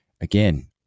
again